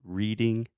reading